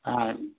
ಹಾಂ